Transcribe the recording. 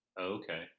Okay